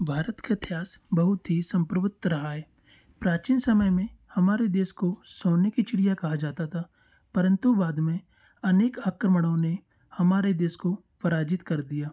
भारत का इतिहास बहुत ही संप्रभुत्त रहा है प्राचीन समय में हमारे देश को सोने की चिड़िया कहा जाता था परंतु बाद में अनेक आक्रमणों ने हमारे देश को पराजित कर दिया